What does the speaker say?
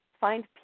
Find